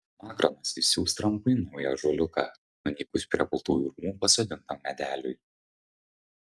makronas išsiųs trampui naują ąžuoliuką nunykus prie baltųjų rūmų pasodintam medeliui